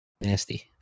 nasty